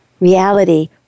reality